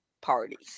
parties